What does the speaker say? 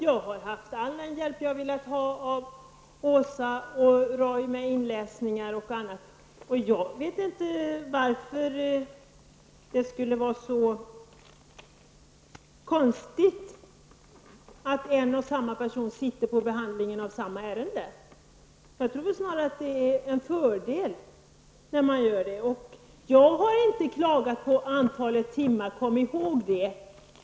Jag har haft all den hjälp jag har velat få av Åsa Domeij och Roy Ottosson när det gäller inläsning osv. Jag vet inte varför det skulle vara så konstigt att en och samma person sitter med i behandlingen av ett och samma ärende. Jag tror snarare att det är en fördel att göra så. Kom ihåg att jag inte har klagat på antalet timmar.